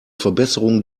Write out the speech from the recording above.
verbesserung